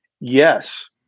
Yes